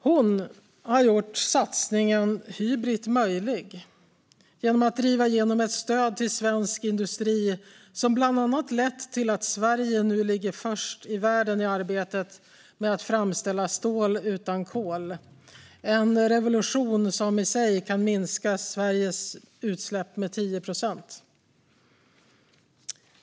Hon har gjort satsningen Hybrit möjlig genom att driva igenom ett stöd till svensk industri som bland annat lett till att Sverige nu ligger först i världen i arbetet med att framställa stål utan kol. Detta är en revolution som i sig kan minska Sveriges utsläpp med 10 procent.